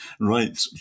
right